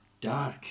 dark